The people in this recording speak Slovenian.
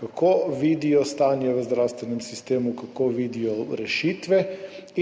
kako vidijo stanje v zdravstvenem sistemu, kako vidijo rešitve